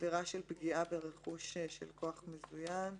"פגיעה ברכוש של כוח מזוין"